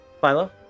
Philo